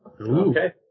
Okay